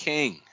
King